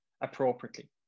appropriately